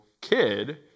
kid